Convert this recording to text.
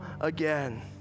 again